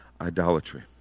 idolatry